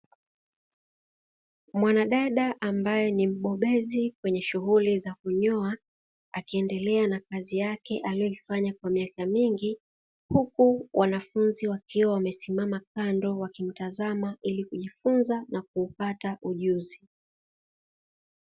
Mwanadada ambaye ni mbobezi kwenye shughuli za kunyoa, akiendelea na kazi yake aliyoifanya kwa miaka mingi huku wanafunzi wakiwa wamesimama kando wakimtazama ili kujifunza na kupata ujuzi.